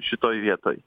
šitoj vietoj